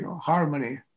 harmony